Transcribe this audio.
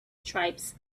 stripes